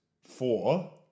four